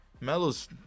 Melo's